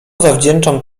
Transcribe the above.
zawdzięczam